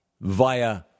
via